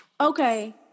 Okay